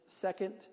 second